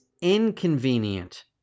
inconvenient